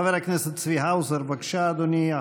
חבר הכנסת צבי האוזר, בבקשה, אדוני.